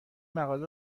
مقاله